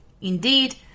Indeed